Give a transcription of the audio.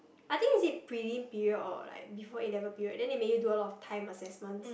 I think is it prelim period or like before A-level period then they make you do a lot of time assessments